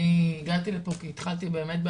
אני הגעתי לפה כי התחלתי באמת,